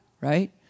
right